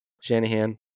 Shanahan